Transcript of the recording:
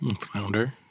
Flounder